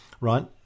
right